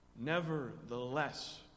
Nevertheless